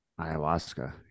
ayahuasca